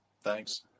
Thanks